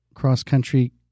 cross-country